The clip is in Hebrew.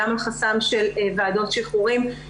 גם על חסם של ועדות שחרורים,